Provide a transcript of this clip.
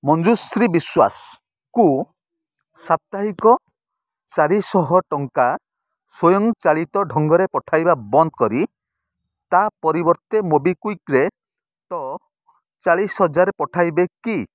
ମଞ୍ଜୁଶ୍ରୀ ବିଶ୍ୱାସଙ୍କୁ ସାପ୍ତାହିକ ଚାରିଶହ ଟଙ୍କା ସ୍ୱୟଂ ଚାଳିତ ଢଙ୍ଗରେ ପଠାଇବା ବନ୍ଦ କରି ତା' ପରିବର୍ତ୍ତେ ମୋବିକ୍ଵିକ୍ରେ ଟ' ଚାଳିଶହଜାର ପଠାଇବେ କି